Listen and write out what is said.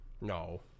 No